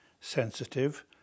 sensitive